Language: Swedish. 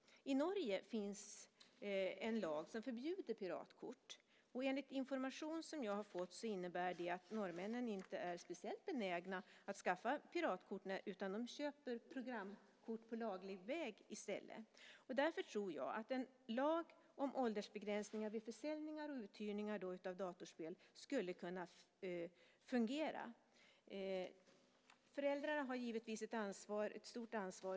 I Norge finns det en lag som förbjuder piratkort. Enligt information som jag har fått innebär det att normännen inte är speciellt benägna att skaffa piratkort. De köper i stället programkort på laglig väg. Därför tror jag att en lag om åldersbegränsning vid försäljning och uthyrning av datorspel skulle kunna fungera. Men föräldrarna har givetvis ett stort ansvar.